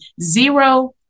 zero